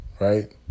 right